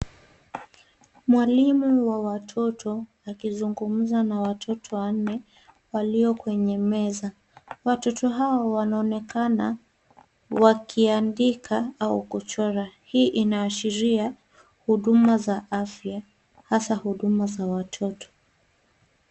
Mwaimu wa watoto akizungumza na watoto wanne walio kwenye meza. Watoto hawa wanaonekana wakiandika au kuchora. Hii inaashiria huduma za afya hasa huduma za watoto.